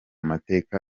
mateka